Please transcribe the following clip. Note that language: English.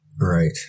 Right